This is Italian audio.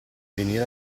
venire